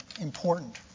important